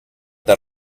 that